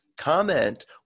comment